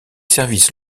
services